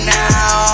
now